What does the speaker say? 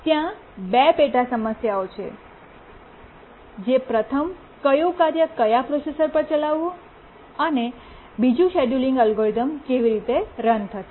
ત્યાં 2 પેટા સમસ્યાઓ છે જે છે પ્રથમ કયું કાર્ય કયા પર પ્રોસેસર ચલાવવું અને બીજું શેડ્યૂલિંગ અલ્ગોરિધમ કેવી રીતે રન થશે